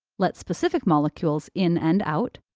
let specific molecules in and out,